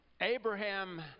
Abraham